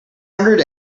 hundred